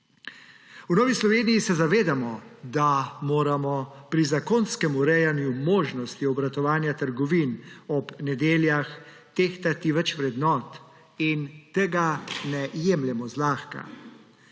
V Novi Sloveniji se zavedamo, da moramo pri zakonskem urejanju možnosti obratovanja trgovin ob nedeljah tehtati več vrednot, in tega ne jemljemo zlahka.